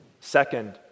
Second